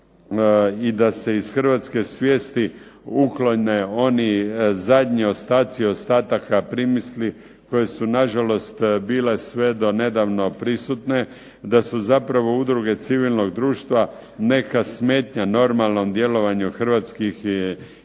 i da se iz hrvatske svijesti uklone oni zadnji ostaci ostataka primisli koje su nažalost bile sve do nedavno prisutne, da su zapravo udruge civilnog društva neka smetnja normalnom djelovanju hrvatskih